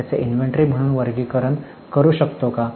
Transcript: त्याचे inventory म्हणून वर्गीकरण करू शकतो का